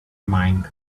mind